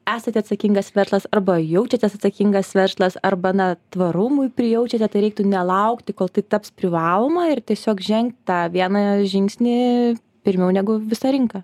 esate atsakingas verslas arba jaučiatės atsakingas verslas arba na tvarumui prijaučiate tai reiktų nelaukti kol tai taps privaloma ir tiesiog žengt tą vieną žingsnį pirmiau negu visa rinka